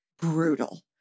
brutal